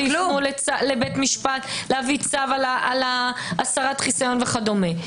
יפנו לבית משפט להביא צו על הסרת חיסיון וכדומה.